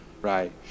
Right